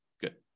Good